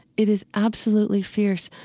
it is absolutely fierce.